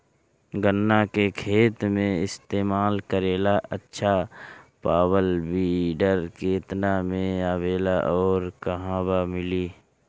गन्ना के खेत में इस्तेमाल करेला अच्छा पावल वीडर केतना में आवेला अउर कहवा मिली?